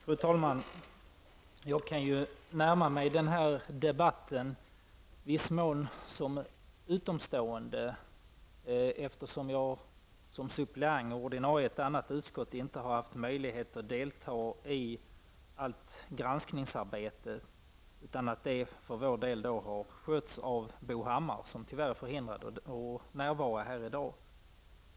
Herr talman! Jag kan närma mig den här debatten i viss mån som utomstående, eftersom jag som suppleant och ordinarie ledamot i ett annat utskott inte har haft möjlighet att delta i granskningsarbetet. För vänsterpartiets del har denna uppgift skötts av Bo Hammar, som tyvärr är förhindrad att närvara här i dag.